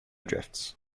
drifts